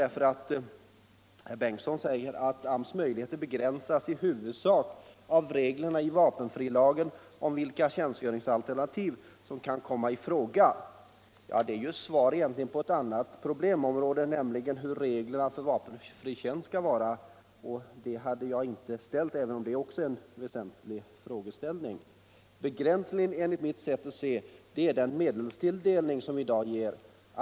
Herr Bengtsson säger: ”Arbetsmarknadsstyrelsens möjligheter ——-- begränsas i huvudsak av reglerna i vapenfrilagen om vilka tjänstgöringsalternativ som kan komma i fråga.” Det är egentligen ett svar på en annan fråga, nämligen hur reglerna för vapenfri tjänst skall vara, och den har jag inte ställt — även om den också är väsentlig. Begränsningen utgörs enligt mitt sätt att se av den medelstilldelning — Nr 132 som i dag gäller.